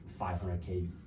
500k